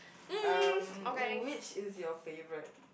um which is your favourite